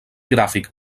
gràfic